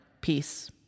Peace